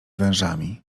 wężami